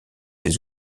des